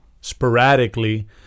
sporadically